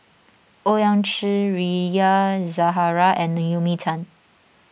Owyang Chi Rita Zahara and Naomi Tan